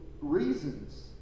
reasons